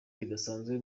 bidasanzwe